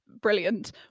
brilliant